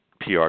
pr